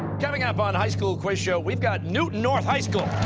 coming up on high school quiz show, we've got newton north high school.